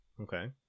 Okay